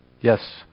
Yes